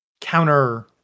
counter